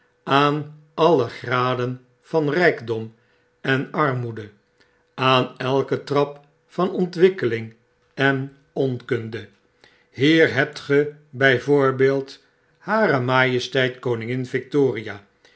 aan alle graden van rijkdom en armoede aan elken trap van ontwikkeling en onkunde hier hebt ge by voorbeeld haar majesteit